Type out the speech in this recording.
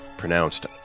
Pronounced